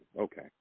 Okay